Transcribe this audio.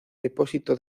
depósito